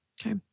Okay